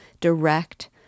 direct